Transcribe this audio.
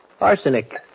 Arsenic